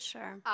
Sure